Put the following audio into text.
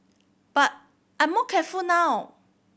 but I'm more careful now